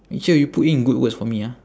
make sure you put in good words for me ah